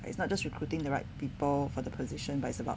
it's not just recruiting the right people for the position but is about